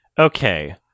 okay